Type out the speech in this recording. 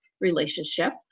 relationship